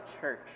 church